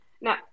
Now